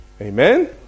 Amen